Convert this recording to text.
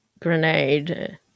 grenade